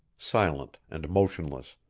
silent and motionless,